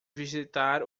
visitar